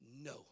no